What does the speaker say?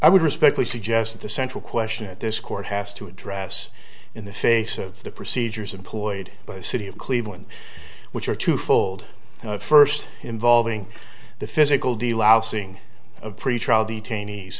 i would respectfully suggest that the central question at this court has to address in the face of the procedures employed by the city of cleveland which are twofold first involving the physical delousing of pretrial detainees